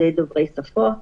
זה דוברי שפות.